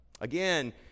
Again